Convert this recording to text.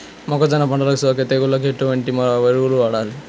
మొక్కజొన్న పంటలకు సోకే తెగుళ్లకు ఎలాంటి ఎరువులు వాడాలి?